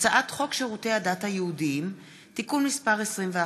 הצעת חוק שירותי הדת היהודיים (תיקון מס' 21)